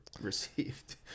received